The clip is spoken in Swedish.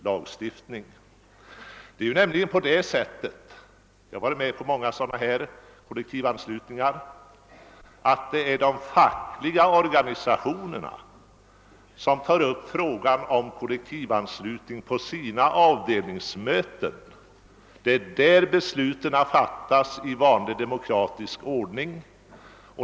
Jag har varit med om många beslut om kollektivanslutning, och jag vet att det är de fackliga organisationerna som på sina avdelningsmöten tar upp frågan om kollektivanslutning. Det är där besluten fattas i vanlig demokratisk ordning.